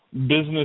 business